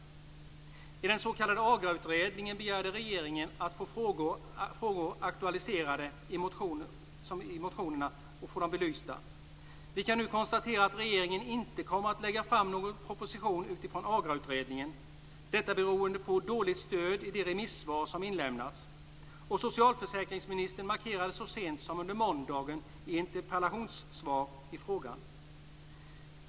Regeringen begärde att den s.k. AGRA-utredningen skulle belysa frågor som aktualiserats i motioner. Vi kan nu konstatera att regeringen inte kommer att lägga fram någon proposition baserad på AGRA-utredningen. Det beror på dåligt stöd i de remissvar som har lämnats in. Socialförsäkringsministern gjorde så sent som under måndagen en markering i samband med ett interpellationssvar.